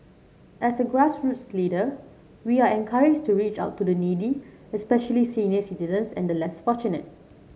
as a grassroots leader we are encouraged to reach out to the needy especially senior citizens and the less fortunate